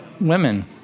women